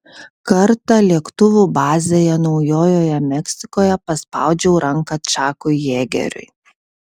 kartą lėktuvų bazėje naujojoje meksikoje paspaudžiau ranką čakui jėgeriui